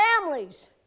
families